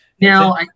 Now